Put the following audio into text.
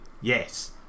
Yes